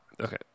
Okay